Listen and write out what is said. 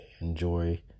enjoy